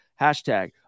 hashtag